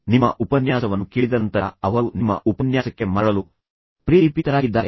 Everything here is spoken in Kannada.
ನಿಮ್ಮ ಉಪನ್ಯಾಸವನ್ನು ಕೇಳಿದ ನಂತರ ಅವರು ನಿಮ್ಮ ಉಪನ್ಯಾಸಕ್ಕೆ ಮರಳಲು ಪ್ರೇರೇಪಿತರಾಗಿದ್ದಾರೆ